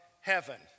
heaven